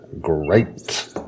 Great